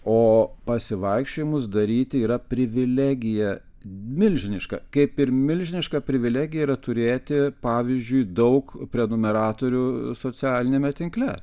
o pasivaikščiojimus daryti yra privilegija milžiniška kaip ir milžiniška privilegija yra turėti pavyzdžiui daug prenumeratorių socialiniame tinkle